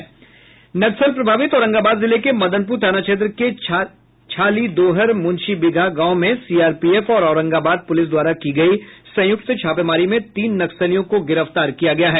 नक्सल प्रभावित औरंगाबाद जिले के मदनपुर थाना क्षेत्र के छालीदोहर मुंशी बीघा गांव में सीआरपीएफ और औरंगाबाद पुलिस द्वारा की गई संयुक्त छापामारी में तीन नक्सलियों को गिरफ्तार किया गया है